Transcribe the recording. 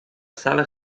sala